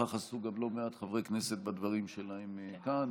וכך עשו גם לא מעט חברי כנסת בדברים שלהם כאן,